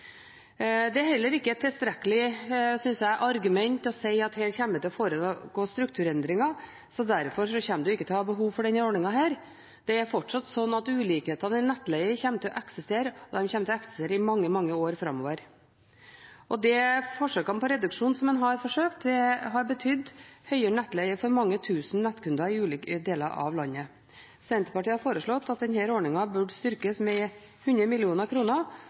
Det er heller ikke et tilstrekkelig argument, synes jeg, å si at her kommer det til å foregå strukturendringer, så derfor kommer man ikke til å ha behov for denne ordningen. Det er fortsatt sånn at ulikhetene i nettleie kommer til å eksistere i mange, mange år framover. Forsøkene på reduksjon har betydd høyere nettleie for mange tusen nettkunder i ulike deler av landet. Senterpartiet har foreslått at denne ordningen burde styrkes med 100